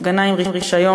הפגנה עם רישיון,